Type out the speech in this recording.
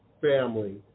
family